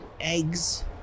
eggs